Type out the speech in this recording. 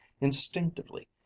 Instinctively